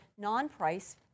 non-price